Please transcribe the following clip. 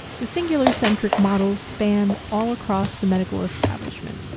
the singular-centric models span all across the medical establishment.